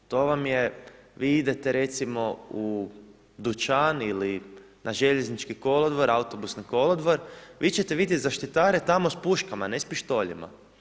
To vam je, vi idete recimo u dućan ili na željeznički kolodvor, autobusni kolodvor, vi ćete vidjet zaštitare tamo s puškama, ne s pištoljima.